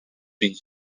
bin